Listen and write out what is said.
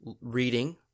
reading